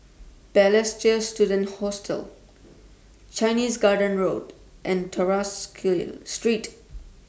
Balestier Student Hostel Chinese Garden Road and Tras Street